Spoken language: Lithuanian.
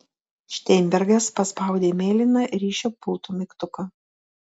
šteinbergas paspaudė mėlyną ryšio pulto mygtuką